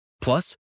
Plus